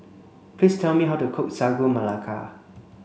please tell me how to cook Sagu Melaka